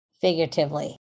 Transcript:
figuratively